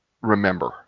remember